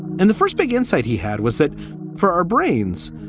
and the first big insight he had was that for our brains,